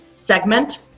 Segment